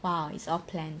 !wow! is all planned